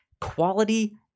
Quality